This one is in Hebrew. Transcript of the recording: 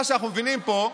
מה שאנחנו מבינים פה,